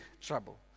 trouble